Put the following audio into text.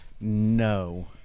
no